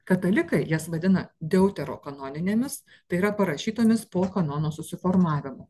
katalikai jas vadina deutero kanoninėmis tai yra parašytomis po kanono susiformavimo